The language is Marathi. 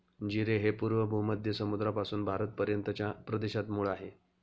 जीरे हे पूर्व भूमध्य समुद्रापासून भारतापर्यंतच्या प्रदेशात मूळ आहे